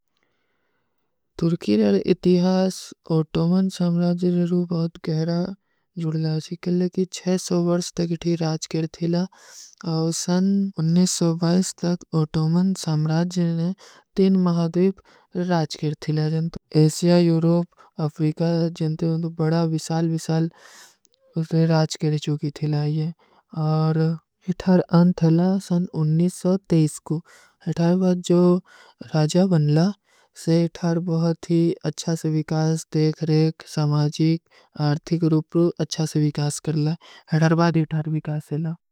ତୁର୍କୀର ଔର ଇତିହାସ ଓଟୋମନ ସାମରାଜ ଜରୂ ବହୁତ ଗହରା ଜୁଡ ଲା ଆଶୀ କେ ଲିଏ କି ଵର୍ସ ତକ ଇଠୀ ରାଜକିର ଥୀଲା ଔର ସନ ତକ ଓଟୋମନ ସାମରାଜ ଜରୂ ନେ ତୀନ ମହଡଵୀପ ରାଜକିର ଥୀଲା ଏସିଯା, ଯୂରୋପ, ଅଫିକା ଜଂତେ ଉନ ବଡା ଵିଶାଲ ଵିଶାଲ ଉତରେ ରାଜକିର ଚୋଗୀ ଥୀଲା ଯେ ଔର ଇତିହାର ଅନ୍ଥଲା ସନ କୁ ହେଟାର ବାଦ ଜୋ ରାଜା ବନଲା ସେ ଇତିହାର ବହୁତ ହୀ ଅଚ୍ଛା ସେ ଵିକାସ ଦେଖରେକ ସମାଜୀକ ଆର୍ଥିକ ରୂପରୂ ଅଚ୍ଛା ସେ ଵିକାସ କରଲା ହେଟାର ବାଦ ଇତିହାର ଵିକାସ ଲା।